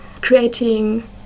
creating